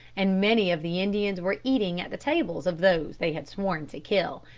and many of the indians were eating at the tables of those they had sworn to kill.